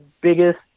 biggest